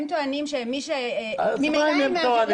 הם טוענים שמי --- אז מה אם הם טוענים?